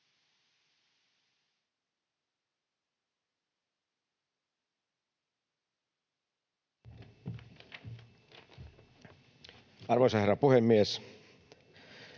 Arvoisa herra puhemies!